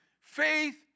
Faith